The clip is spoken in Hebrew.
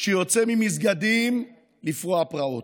שיוצא ממסגדים לפרוע פרעות.